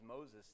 Moses